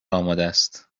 آمادست